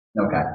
Okay